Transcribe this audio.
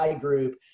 group